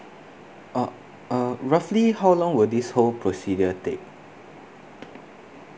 oh uh roughly how long will this whole procedure take